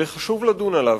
וחשוב לדון עליו.